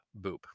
boop